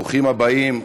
ברוכים הבאים.